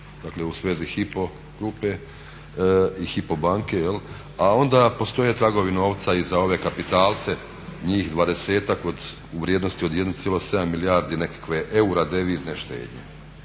dakle u svezi Hypo grupe i Hypo banke, a onda postoje tragovi novca i za ove kapitalce, njih 20-ak u vrijednosti od 1,7 milijarde nekakve eura devizne štednje.